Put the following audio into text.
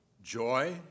joy